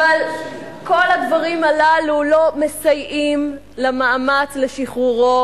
אבל כל הדברים הללו לא מסייעים למאמץ לשחרורו,